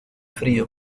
frío